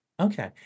Okay